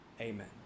Amen